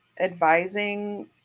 advising